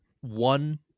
one